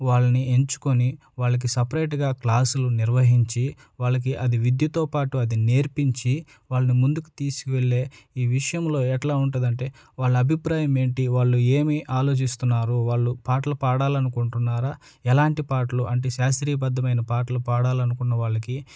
వాళ్ళని ఎంచుకొని వాళ్ళకి సపరేట్గా క్లాసులు నిర్వహించి వాళ్ళకి అది విద్యతో పాటు అది నేర్పించి వాళ్ళని ముందుకు తీసుకువెళ్ళే ఈ విషయంలో ఎట్లా ఉంటదంటే వాళ్ళ అభిప్రాయం ఏంటి వాళ్ళు ఏమి ఆలోచిస్తున్నారు వాళ్ళు పాటలు పాడాలనుకుంటున్నారా ఎలాంటి పాటలు అంటే శాస్త్రీయబద్ధమైన పాటలు పాడాలనుకున్న వాళ్ళకి